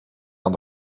aan